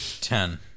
Ten